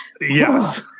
yes